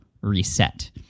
reset